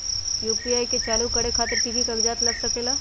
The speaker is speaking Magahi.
यू.पी.आई के चालु करे खातीर कि की कागज़ात लग सकेला?